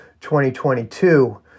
2022